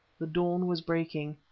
the dawn was breaking.